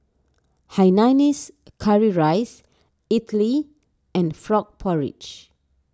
Hainanese Curry Rice Idly and Frog Porridge